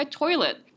toilet